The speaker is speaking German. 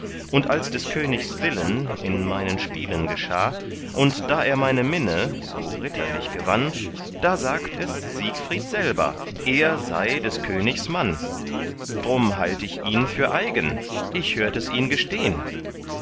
und als des königs willen in meinen spielen geschah und da er meine minne so ritterlich gewann da sagt es siegfried selber er sei des königs mann drum halt ich ihn für eigen ich hört es ihn gestehn